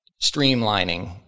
streamlining